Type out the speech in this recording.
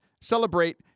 celebrate